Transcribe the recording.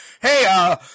hey